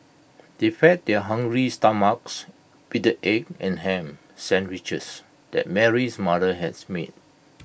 they fed their hungry stomachs with the egg and Ham Sandwiches that Mary's mother had made